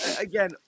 Again